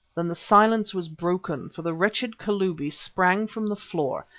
then the silence was broken, for the wretched kalubi sprang from the floor,